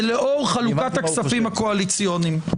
ולאור חלוקת הכספים הקואליציוניים.